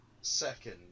Second